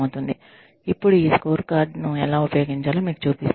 ఇప్పుడు ఈ స్కోర్కార్డ్ ను ఎలా ఉపయోగించాలో మీకు చూపిస్తాను